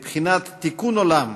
בבחינת תיקון עולם,